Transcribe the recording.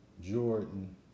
Jordan